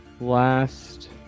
last